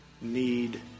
need